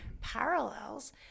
parallels